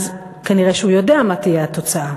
אז כנראה הוא יודע מה תהיה התוצאה.